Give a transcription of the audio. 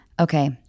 Okay